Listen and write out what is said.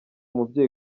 mubyeyi